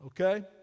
Okay